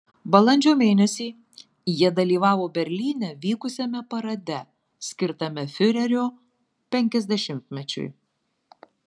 balandžio mėnesį jie dalyvavo berlyne vykusiame parade skirtame fiurerio penkiasdešimtmečiui